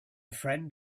friend